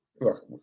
look